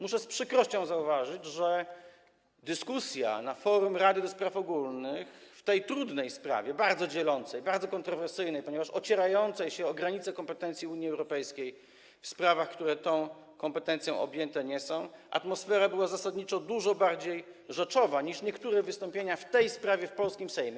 Muszę z przykrością zauważyć, że jeśli chodzi o dyskusję na forum Rady do Spraw Ogólnych w tej trudnej sprawie, bardzo dzielącej, bardzo kontrowersyjnej, ponieważ ocierającej się o granice kompetencji Unii Europejskiej w sprawach, które tą kompetencją objęte nie są, atmosfera była zasadniczo dużo bardziej rzeczowa niż podczas niektórych wystąpień w tej sprawie w polskim Sejmie.